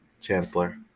Chancellor